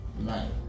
life